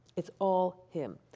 it's all him.